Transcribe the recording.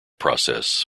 process